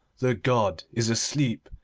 the god is asleep,